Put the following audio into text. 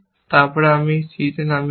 তারপর আমি c নামিয়েছি